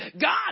God